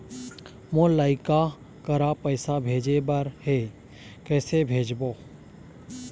मोर लइका करा पैसा भेजें बर हे, कइसे भेजबो?